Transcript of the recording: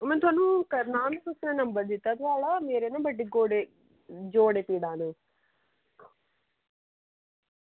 ओह् में थाह्नीूं करना हा ओह् कुसें मिगी नंबर दित्ता थुआढ़ा मेरे ना गोड्डें बड़ी पीड़ां न